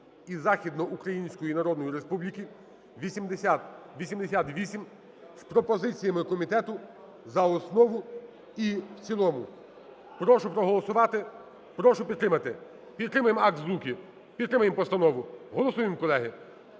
і Західноукраїнської Народної Республіки (8088) з пропозиціями комітету за основу і в цілому. Прошу проголосувати, прошу підтримати. Підтримаємо Акт Злуки, підтримаємо постанову! Голосуємо, колеги!